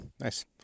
Nice